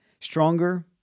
stronger